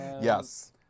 yes